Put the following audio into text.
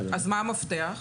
מה המפתח?